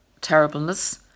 terribleness